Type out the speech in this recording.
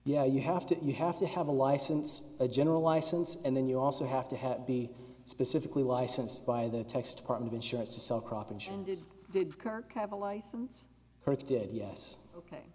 yeah you have to you have to have a license a general license and then you also have to be specifically licensed by the text part of insurance to sell crop insurance did kirk have a license for it did yes ok